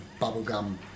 bubblegum